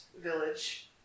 village